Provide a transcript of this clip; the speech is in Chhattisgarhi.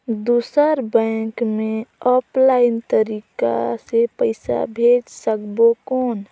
दुसर बैंक मे ऑफलाइन तरीका से पइसा भेज सकबो कौन?